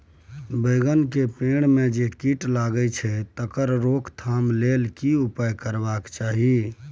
बैंगन के पेड़ म जे कीट लग जाय छै तकर रोक थाम के लेल की उपाय करबा के चाही?